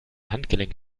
handgelenk